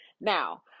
Now